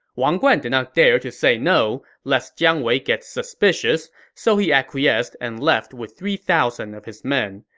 wang guan did not dare to say no, lest jiang wei gets suspicious, so he acquiesced and left with three thousand of his men.